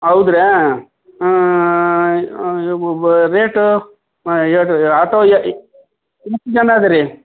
ಹೌದ್ರ್ಯಾ rate auto ಎಷ್ಟು ಜನ ಇದಿರಿ